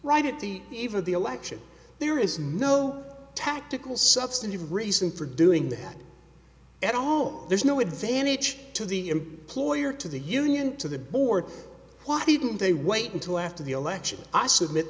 right at the eve of the election there is no tactical substantive reason for doing that at all there's no advantage to the employer to the union to the board why didn't they wait until after the election i submit